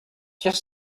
just